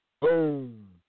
Boom